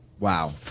Wow